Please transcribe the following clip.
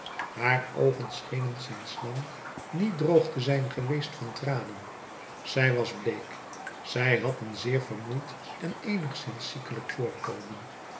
haar oogen schenen sinds lang niet droog te zijn geweest van tranen zij was bleek zij had een zeer vermoeid en eenigszins ziekelijk voorkomen